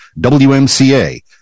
WMCA